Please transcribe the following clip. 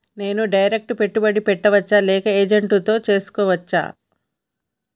నేను డైరెక్ట్ పెట్టుబడి పెట్టచ్చా లేక ఏజెంట్ తో చేస్కోవచ్చా?